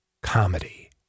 comedy